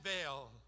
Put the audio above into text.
veil